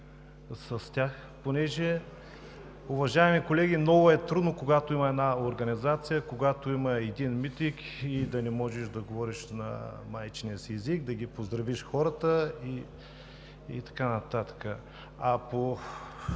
с тях. Уважаеми колеги, много е трудно, когато има една организация, когато има един митинг и да не можеш да говориш на майчиния си език, да ги поздравиш хората и така нататък. По